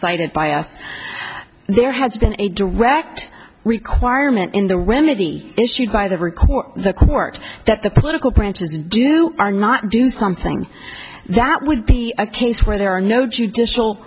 cited by us there has been a direct requirement in the remedy issued by the record the court that the political prances do are not do something that would be a case where there are no judicial